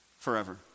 Forever